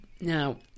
Now